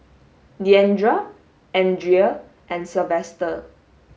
Deandra Andria and Sylvester